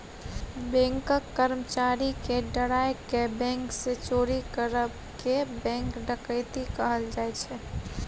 बैंकक कर्मचारी केँ डराए केँ बैंक सँ चोरी करब केँ बैंक डकैती कहल जाइ छै